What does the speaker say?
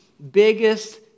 biggest